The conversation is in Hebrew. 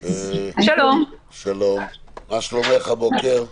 שלום, מה שלומך הבוקר?